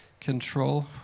control